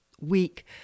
week